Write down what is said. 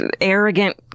arrogant